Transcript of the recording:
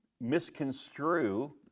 misconstrue